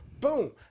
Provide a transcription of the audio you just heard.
boom